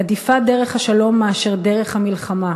עדיפה דרך השלום מדרך המלחמה.